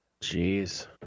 Jeez